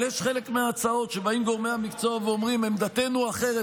אבל יש חלק מההצעות שבאים גורמי המקצוע ואומרים: עמדתנו היא אחרת,